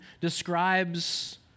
describes